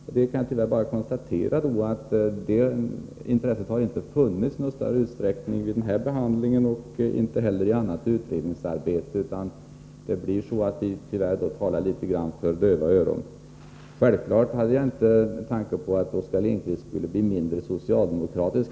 Jag kan bara konstatera att det intresset inte har funnits i någon större utsträckning under utskottsbehandlingen av detta ärende och inte heller i annat utredningsarbete, utan det blir så att vi tyvärr talar för döva öron. Självfallet hade jag ingen tanke på att Oskar Lindkvist skulle bli mindre socialdemokratisk.